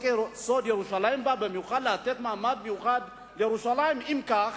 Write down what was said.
שבא לתת מעמד מיוחד לירושלים, ואם כך,